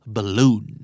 Balloon